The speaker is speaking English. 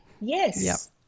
Yes